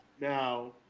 now